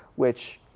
which